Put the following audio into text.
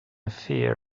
fear